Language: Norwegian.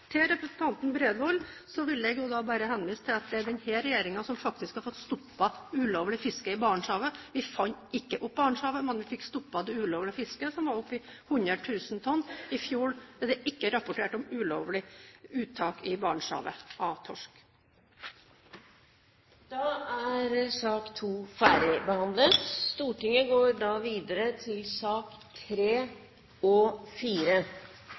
Til representanten Bredvold vil jeg bare si at det er denne regjeringen som faktisk har fått stoppet det ulovlige fisket i Barentshavet. Vi fant ikke opp Barentshavet, men man fikk stoppet det ulovlige fisket som var oppe i 100 000 tonn. I fjor ble det ikke rapportert om ulovlig uttak av torsk i Barentshavet. Da er sak nr. 2 ferdigbehandlet. Etter ønske fra kirke- utdannings- og forskningskomiteen vil presidenten foreslå at sakene nr. 3 og